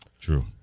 True